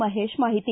ಮಹೇಶ್ ಮಾಹಿತಿ